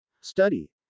study